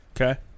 Okay